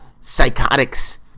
psychotics